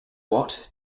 what